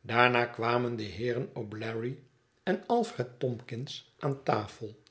daarna kwamen de heeren o'bleary en alfred tomkins aan tafel